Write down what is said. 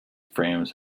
frames